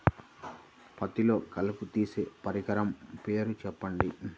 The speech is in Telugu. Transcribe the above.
పత్తిలో కలుపు తీసే పరికరము పేరు చెప్పండి